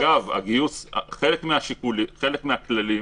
אגב, חלק מהכללים